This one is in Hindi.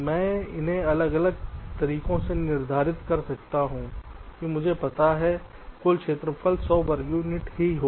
मैं उन्हें अलग अलग तरीकों से निर्धारित कर सकता हूं कि मुझे पता है कि कुल क्षेत्रफल 100 वर्ग यूनिट है